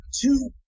Two